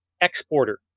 exporter